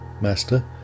Master